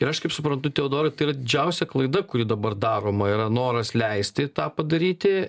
ir aš kaip suprantu teodorai tai yra didžiausia klaida kuri dabar daroma yra noras leisti tą padaryti